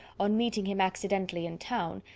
on meeting him accidentally in town,